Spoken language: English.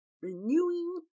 renewing